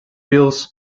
bills